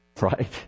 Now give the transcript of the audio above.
right